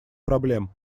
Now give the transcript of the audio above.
проблем